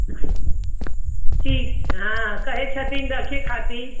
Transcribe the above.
ठीक हँ कहैत छथिन रखे खातिर